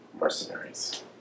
mercenaries